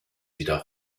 wieder